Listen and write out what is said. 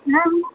हँ